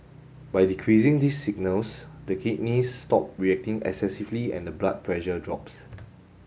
by decreasing these signals the kidneys stop reacting excessively and the blood pressure drops